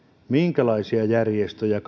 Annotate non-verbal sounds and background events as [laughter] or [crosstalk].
minkälaisia järjestöjä ja [unintelligible]